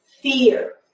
fear